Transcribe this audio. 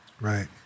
Right